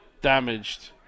damaged